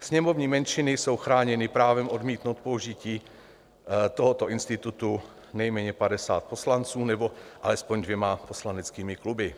Sněmovní menšiny jsou chráněny právem odmítnout použití tohoto institutu nejméně 50 poslanců nebo alespoň dvěma poslaneckými kluby.